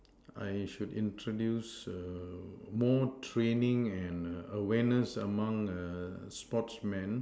I should introduce err more training and awareness among err sportsman